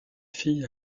fille